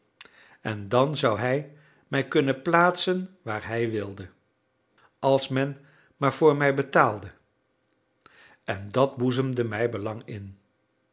en dan zou hij mij kunnen plaatsen waar hij wilde als men maar voor mij betaalde en dat boezemde mij belang in